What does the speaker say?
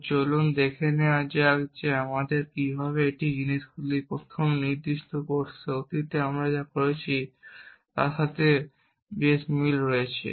তো চলুন দেখে নেওয়া যাক এখান থেকে আমরা কীভাবে এটি করি জিনিসগুলি এই নির্দিষ্ট কোর্সে অতীতে আমরা যা করেছি তার সাথে বেশ মিল রয়েছে